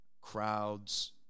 crowds